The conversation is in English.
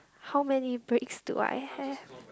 how many bricks do I have